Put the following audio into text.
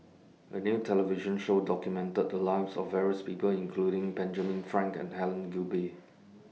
A New television Show documented The Lives of various People including Benjamin Frank and Helen Gilbey